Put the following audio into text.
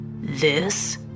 This